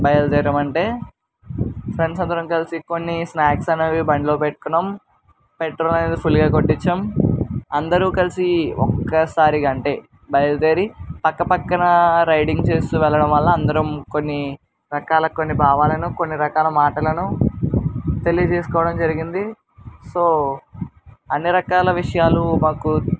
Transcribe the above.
బయల్దేరామంటే friends అందరం కలిసి కొన్ని స్న్యాక్స్ అనేవి బండ్లో పెట్టుకున్నాం పెట్రోలు అనేది ఫుల్గా కొట్టించాం అందరూ కలిసి ఒక్కసారిగా అంటే బయలుదేరి పక్కపక్కన రైడింగ్ చేస్తూ వెళ్ళడం వల్ల అందరం కొన్ని రకాల భావాలను కొన్ని రకాల మాటలను తెలియజేసుకోవడం జరిగింది సో అన్ని రకాల విషయాలు మాకు